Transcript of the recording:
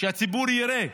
שהציבור יראה.